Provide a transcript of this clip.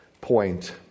point